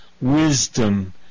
wisdom